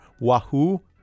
Wahoo